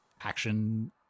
action